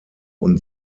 und